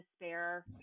despair